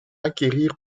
acquérir